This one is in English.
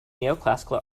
neoclassical